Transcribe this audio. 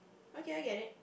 okay I get it